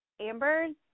ambers